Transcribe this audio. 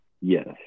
Yes